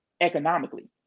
economically